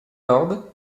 lord